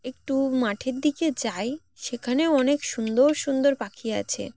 একটু মাঠের দিকে যাই সেখানেও অনেক সুন্দর সুন্দর পাখি আছে